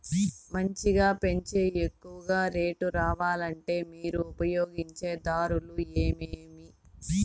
మంచిగా పెంచే ఎక్కువగా రేటు రావాలంటే మీరు ఉపయోగించే దారులు ఎమిమీ?